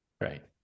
right